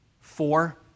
four